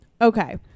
Okay